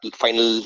final